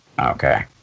Okay